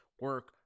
Work